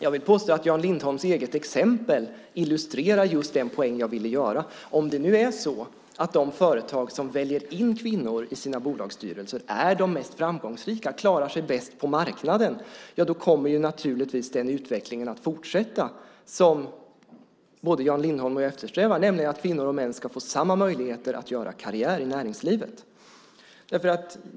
Jag vill påstå att Jan Lindholms eget exempel illustrerar den poäng jag ville göra. Om de företag som väljer in kvinnor i sina bolagsstyrelser är de mest framgångsrika, klarar sig bäst på marknaden, kommer den utveckling som både Jan Lindholm och jag eftersträvar naturligtvis att fortsätta, nämligen att kvinnor och män får samma möjligheter att göra karriär i näringslivet.